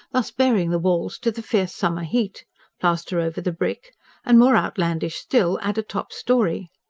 thus baring the walls to the fierce summer heat plaster over the brick and, more outlandish still, add a top storey.